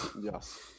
yes